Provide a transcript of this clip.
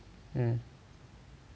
mm